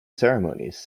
ceremonies